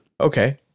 Okay